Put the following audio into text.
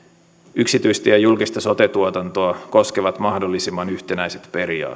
yksityistä ja julkista sote tuotantoa koskevat mahdollisimman yhtenäiset periaatteet